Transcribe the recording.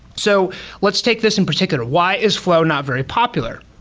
so let's take this in particular. why is flow not very popular?